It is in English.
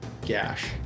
gash